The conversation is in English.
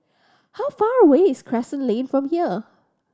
how far away is Crescent Lane from here